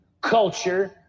culture